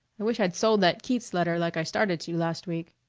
i wish i'd sold that keats letter like i started to last week.